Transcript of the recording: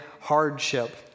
hardship